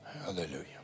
Hallelujah